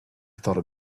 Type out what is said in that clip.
thought